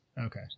Okay